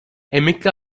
emekli